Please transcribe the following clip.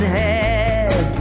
head